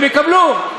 הם יקבלו.